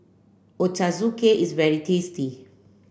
Ochazuke is very tasty